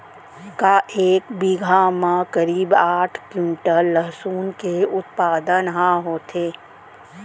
का एक बीघा म करीब आठ क्विंटल लहसुन के उत्पादन ह होथे?